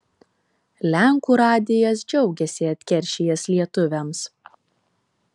lenkų radijas džiaugiasi atkeršijęs lietuviams